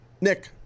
Nick